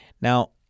Now